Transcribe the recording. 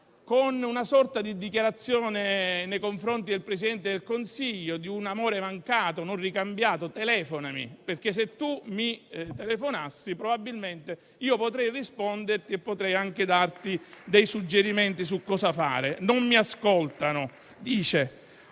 con una sorta di dichiarazione nei confronti del Presidente del Consiglio di un amore mancato e non ricambiato: «telefonami, perché se tu mi telefonassi, probabilmente potrei risponderti e potrei anche darti dei suggerimenti su cosa fare». Ha detto che